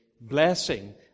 blessing